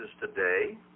today